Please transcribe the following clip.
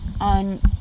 on